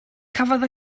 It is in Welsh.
cafodd